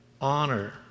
honor